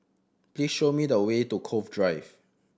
please show me the way to Cove Drive